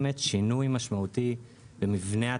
שינוי משמעותי במבנה התעריפים,